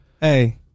Hey